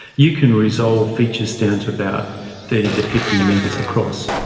you can resolve features down to about thirty to fifty metres across.